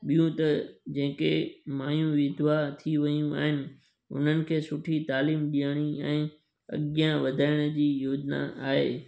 ॿियूं त जंहिं के मायूं विधवा थी वियूं आहिनि उन्हनि खे सुठी तइलीम ॾियणी ऐं अॻियां वधाइण जी योजना आहे